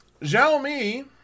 Xiaomi